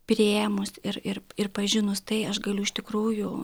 priėmus ir ir ir pažinus tai aš galiu iš tikrųjų